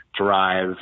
drive